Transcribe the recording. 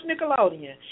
Nickelodeon